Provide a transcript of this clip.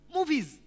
Movies